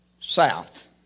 south